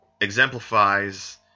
exemplifies